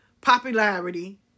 popularity